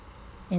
in